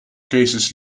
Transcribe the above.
cases